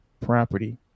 property